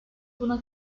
buna